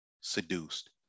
seduced